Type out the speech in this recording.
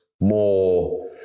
more